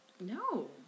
no